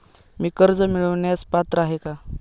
मी कर्ज मिळवण्यास पात्र आहे का?